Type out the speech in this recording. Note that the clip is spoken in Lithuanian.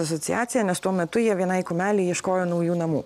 asociaciją nes tuo metu jie vienai kumelei ieškojo naujų namų